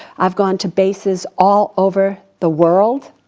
i've gone to bases all over the world.